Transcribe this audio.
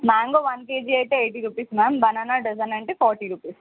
mango one KG అయితే eighty rupees ma'am banana dozen అంటే forty rupees